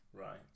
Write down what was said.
right